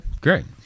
great